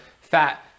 fat